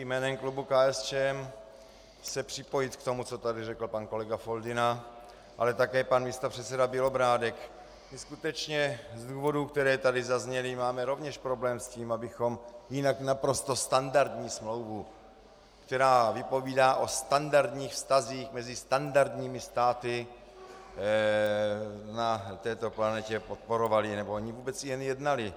Jménem klubu KSČM se musím připojit k tomu, co tady řekl pan kolega Foldyna, ale také pan místopředseda Bělobrádek, kdy skutečně z důvodů, které tady zazněly, máme rovněž problém s tím, abychom jinak naprosto standardní smlouvu, která vypovídá o standardních vztazích mezi standardními státy na této planetě, podporovali, nebo vůbec o ní jen jednali.